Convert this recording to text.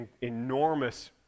enormous